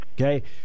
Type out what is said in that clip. Okay